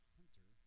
Hunter